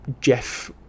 Jeff